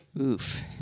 Oof